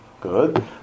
Good